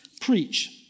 preach